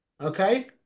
okay